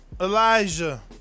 Elijah